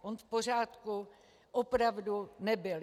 On v pořádku opravdu nebyl.